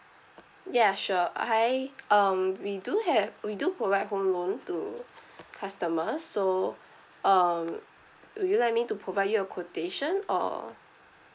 ya sure I um we do have we do provide home loan to customer S_S_O um would you like me to provide you a quotation or